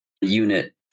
unit